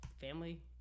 Family